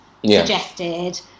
suggested